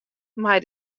mei